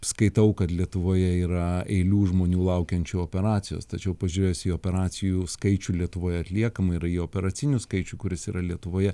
skaitau kad lietuvoje yra eilių žmonių laukiančių operacijos tačiau pažiūrėjus į operacijų skaičių lietuvoje atliekamą ir į operacinių skaičių kuris yra lietuvoje